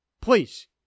Please